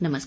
नमस्कार